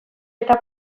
eta